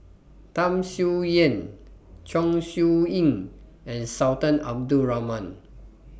Tham Sien Yen Chong Siew Ying and Sultan Abdul Rahman